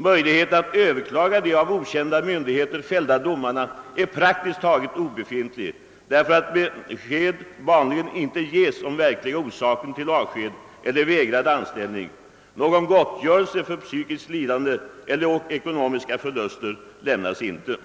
Möjligheterna att överklaga de av okända myndigheter fällda domarna är praktiskt taget obefintliga, därför att besked vanligen inte ges om den verkliga orsaken till avsked eller vägrad anställning. Någon gottgörelse för psykiskt lidande eller ekonomiska förluster lämnas inte.